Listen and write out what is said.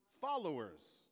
followers